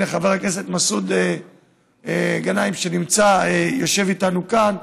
הינה, חבר הכנסת מסעוד גנאים, שיושב איתנו כאן,